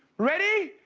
ready,